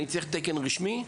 אני צריך תקן רשמי?